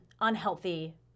unhealthy